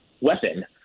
weapon